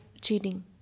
cheating